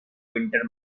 winter